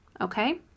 okay